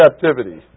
captivity